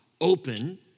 open